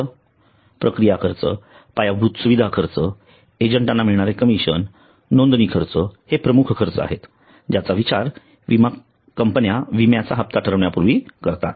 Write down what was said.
खर्च प्रक्रिया खर्च पायाभूत सुविधा खर्च एजंटा ना मिळणारे कमिशन नोंदणी खर्च हे प्रमुख खर्च आहेत ज्याचा विचार कंपन्या विम्याच्या हप्त्या ठरविण्यापूर्वी करतात